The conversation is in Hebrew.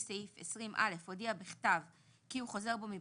סעיף 20א הודיע בכתב כי הוא חוזר בו מבקשתו,